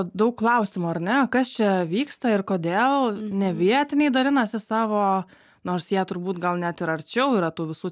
daug klausimų ar ne kas čia vyksta ir kodėl ne vietiniai dalinasi savo nors jie turbūt gal net ir arčiau yra tų visų